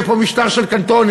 יהיה פה משטר של קנטונים.